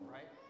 Right